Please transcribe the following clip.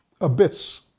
abyss